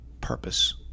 purpose